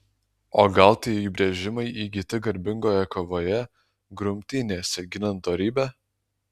o gal tie įbrėžimai įgyti garbingoje kovoje grumtynėse ginant dorybę